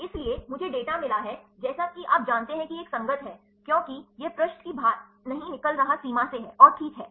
इसलिए मुझे डेटा मिला है जैसे कि आप जानते हैं कि यह एक संगत है क्योंकि यह पृष्ठ की बाहर नहीं निकल रहा सीमा से है और ठीक है